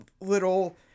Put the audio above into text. little